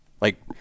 Like-